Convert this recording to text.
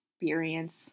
experience